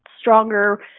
stronger